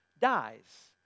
dies